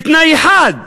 בתנאי אחד,